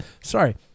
Sorry